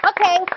Okay